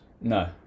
No